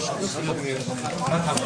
10:59.